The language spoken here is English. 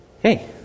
hey